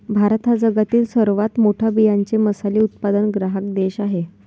भारत हा जगातील सर्वात मोठा बियांचे मसाले उत्पादक ग्राहक देश आहे